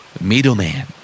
Middleman